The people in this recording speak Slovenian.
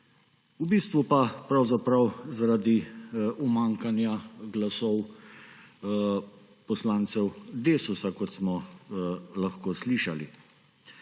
v bistvu pa pravzaprav zaradi umanjkanja glasov poslancev Desusa, kot smo lahko slišali.